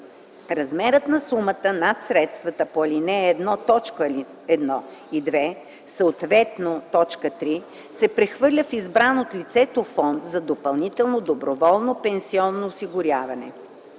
Размерът на сумата над средствата по ал. 1, т. 1 и 2, съответно т. 3 се прехвърля в избран от лицето фонд за допълнително доброволно пенсионно осигуряване.